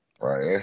Right